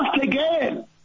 again